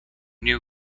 new